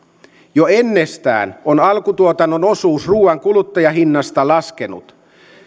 jo ennestään on alkutuotannon osuus ruuan kuluttajahinnasta laskenut